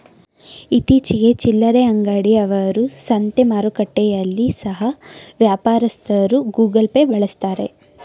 ಇತ್ತೀಚಿಗೆ ಚಿಲ್ಲರೆ ಅಂಗಡಿ ಅವರು, ಸಂತೆ ಮಾರುಕಟ್ಟೆಯಲ್ಲಿ ಸಹ ವ್ಯಾಪಾರಸ್ಥರು ಗೂಗಲ್ ಪೇ ಬಳಸ್ತಾರೆ